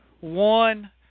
one